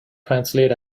translate